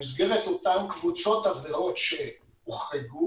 במסגרת אותן קבוצות עבירות שהוחרגו